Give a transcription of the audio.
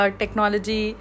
technology